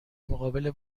مقابل